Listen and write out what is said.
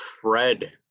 Fred